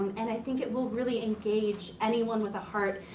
and i think it will really engage anyone with a heart.